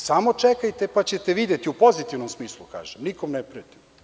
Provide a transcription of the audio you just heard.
Samo čekajte pa ćete videti, u pozitivnom smislu kažem, nikome ne pretim.